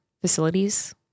facilities